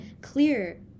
clear